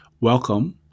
Welcome